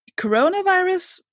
coronavirus